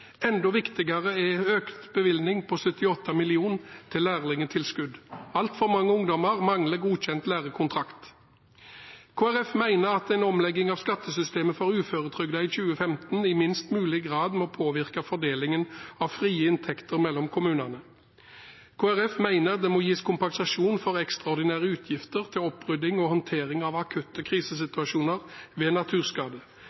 Enda viktigere er den økte bevilgningen på 78 mill. kr til økt lærlingtilskudd. Altfor mange ungdommer mangler godkjent lærekontrakt. Kristelig Folkeparti mener at omleggingen av skattesystemet for uføretrygdede i 2015 i minst mulig grad må påvirke fordelingen av frie inntekter mellom kommunene. Kristelig Folkeparti mener det må gis kompensasjon for ekstraordinære utgifter til opprydding og håndtering av akutte